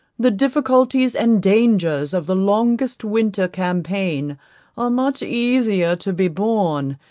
the difficulties and dangers of the longest winter campaign are much easier to be borne,